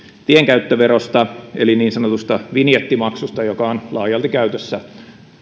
tienkäyttöverosta eli niin sanotusta vinjettimaksusta joka on laajalti käytössä